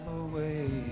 away